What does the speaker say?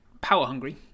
power-hungry